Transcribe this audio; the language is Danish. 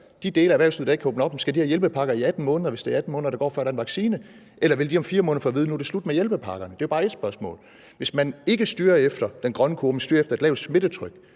de dele af erhvervslivet, der ikke kan åbne op, have hjælpepakker i 18 måneder, hvis det er 18 måneder, der går, før der er en vaccine, eller vil de om 4 måneder få at vide, at nu er det slut med hjælpepakkerne? Det er jo bare ét spørgsmål. Hvis man ikke styrer efter den grønne kurve, men styrer efter et lavt smittetryk,